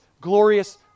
glorious